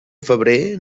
febrer